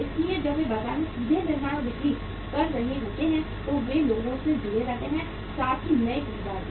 इसलिए जब वे बाजार में सीधे निर्माण और बिक्री कर रहे होते हैं तो वे लोगों से जुड़े रहते हैं साथ ही नए खरीदार भी